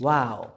Wow